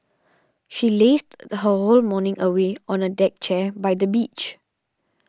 she lazed the her whole morning away on a deck chair by the beach